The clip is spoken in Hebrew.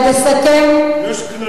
יש כללים,